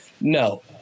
No